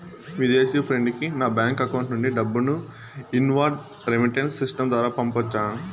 విదేశీ ఫ్రెండ్ కి నా బ్యాంకు అకౌంట్ నుండి డబ్బును ఇన్వార్డ్ రెమిట్టెన్స్ సిస్టం ద్వారా పంపొచ్చా?